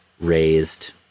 raised